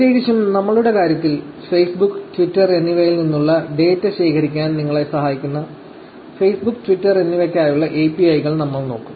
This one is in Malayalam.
പ്രത്യേകിച്ചും നമ്മളുടെ കാര്യത്തിൽ Facebook Twitter എന്നിവയിൽ നിന്നുള്ള ഡാറ്റ ശേഖരിക്കാൻ നിങ്ങളെ സഹായിക്കുന്ന Facebook Twitter എന്നിവയ്ക്കായുള്ള API കൾ നമ്മൾ നോക്കും